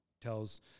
tells